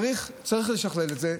צריך לשכלל את זה,